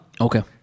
Okay